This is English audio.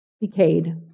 decayed